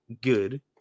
good